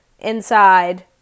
inside